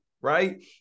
Right